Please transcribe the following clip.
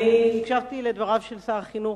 אני הקשבתי לדבריו של שר החינוך,